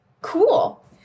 Cool